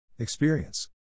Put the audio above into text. experience